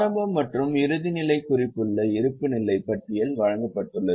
ஆரம்பம் மற்றும் இறுதிநிலை குறிப்புள்ள இருப்புநிலைத் பட்டியல் வழங்கப்பட்டுள்ளது